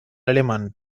alemán